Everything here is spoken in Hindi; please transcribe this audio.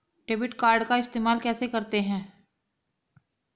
डेबिट कार्ड को इस्तेमाल कैसे करते हैं?